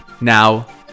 Now